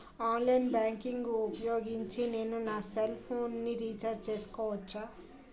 Online banking ఊపోయోగించి నేను నా సెల్ ఫోను ని రీఛార్జ్ చేసుకోవచ్చా?